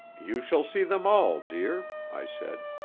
you shall see them all, dear, i said.